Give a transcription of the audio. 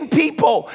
people